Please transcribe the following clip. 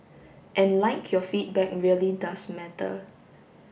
and like your feedback really does matter